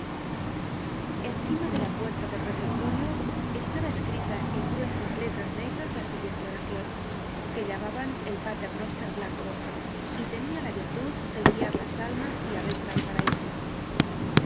encima de la puerta del refectorio estaba escrita en gruesas letras negras la siguiente oracion que llamaban el pater noster blanco y tenia la virtud de guiar las almas via recta al paraiso